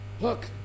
Look